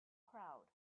crowd